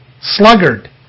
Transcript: sluggard